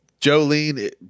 jolene